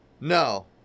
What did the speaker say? no